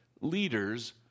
leaders